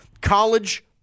college